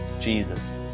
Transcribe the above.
Jesus